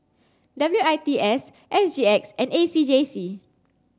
W I T S S G X and A C J C